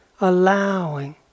Allowing